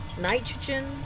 nitrogen